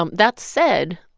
um that said,